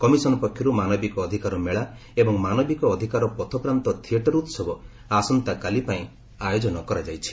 commission ପକ୍ଷରୁ ମାନବିକ ଅଧିକାର ମେଳା ଏବଂ ମାନବିକ ଅଧିକାର ପଥ ପ୍ରାନ୍ତ ଥିଏଟର ଉତ୍ସବ ଆସନ୍ତାକାଲି ପାଇଁ ଆୟୋଜନ କରାଯାଇଛି